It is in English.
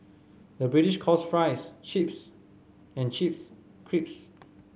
the British calls fries chips and chips crisps